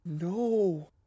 No